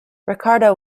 ricardo